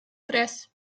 tres